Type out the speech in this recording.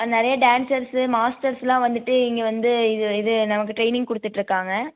அது நிறையா டான்ஸர்ஸ்ஸு மாஸ்டர்ஸெல்லாம் வந்துட்டு இங்கே வந்து இது இது நமக்கு ட்ரெயினிங் கொடுத்துட்ருக்காங்க